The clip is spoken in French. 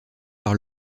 par